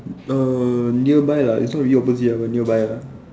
err nearby lah it's not really opposite but nearby lah